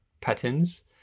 patterns